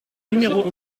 numéro